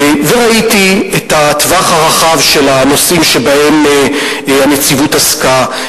וראיתי את הטווח הרחב של הנושאים שבהם הנציבות עסקה.